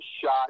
shot